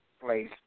place